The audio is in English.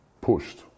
pushed